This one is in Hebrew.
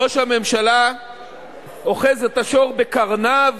ראש הממשלה אוחז את השור בקרניו,